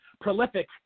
prolific